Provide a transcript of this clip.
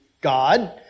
God